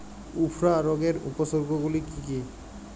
উফরা রোগের উপসর্গগুলি কি কি?